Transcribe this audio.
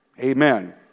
Amen